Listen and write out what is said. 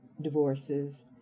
divorces